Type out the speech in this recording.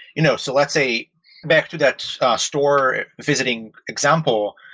you know so let's say back to that store visiting example,